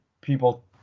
people